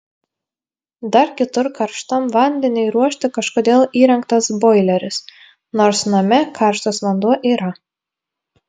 dar kitur karštam vandeniui ruošti kažkodėl įrengtas boileris nors name karštas vanduo yra